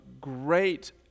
great